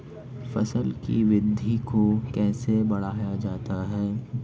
फसल की वृद्धि को कैसे बढ़ाया जाता हैं?